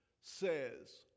says